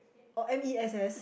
oh M_E_S_S